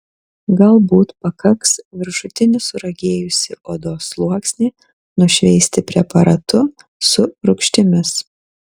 galbūt pakaks viršutinį suragėjusį odos sluoksnį nušveisti preparatu su rūgštimis